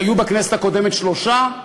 שהיו בכנסת הקודמת שלושה.